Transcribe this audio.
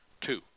two